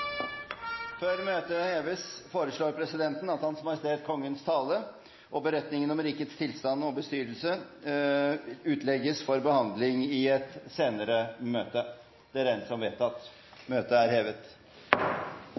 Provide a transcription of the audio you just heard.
Før møtet heves foreslår presidenten at Hans Majestet Kongens tale og beretningen om rikets tilstand og bestyrelse utlegges for behandling i et senere møte